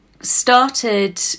started